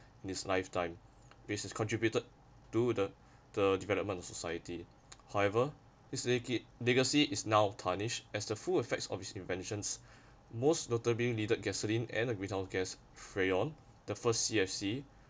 this lifetime bases contributed to the the development of society however his legacy is now tarnished as the full effects of his inventions most notably needed gasoline and a greenhouse gas free on the first C_F_C